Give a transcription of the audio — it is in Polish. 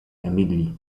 emilii